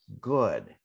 good